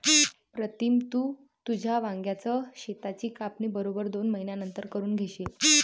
प्रीतम, तू तुझ्या वांग्याच शेताची कापणी बरोबर दोन महिन्यांनंतर करून घेशील